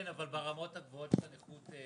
כן, אבל ברמות הגבוהות של הנכות.